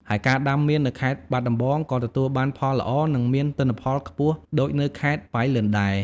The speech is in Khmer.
ហើយការដាំមៀននៅខេត្តបាត់ដំបងក៏ទទួលបានផលល្អ និងមានទិន្នផលខ្ពស់ដូចនៅខេត្តប៉ៃលិនដែរ។